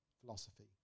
philosophy